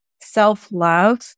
self-love